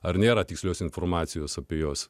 ar nėra tikslios informacijos apie jos